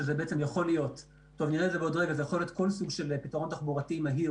שזה יכול להיות כל סוג של פתרון תחבורתי מהיר